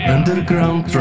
Underground